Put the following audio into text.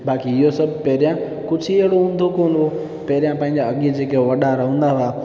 बाक़ी इहो सभु पहिरियां कुझु ई अहिड़ो हूंदो कोन हो पहिरियां पंहिंजा अॻे जेके वॾा रहंदा हुआ